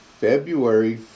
February